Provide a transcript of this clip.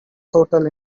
total